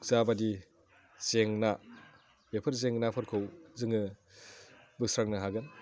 जाबायदि जेंना बेफोर जेंनाफोरखौ जोङो बोस्रांनो हागोन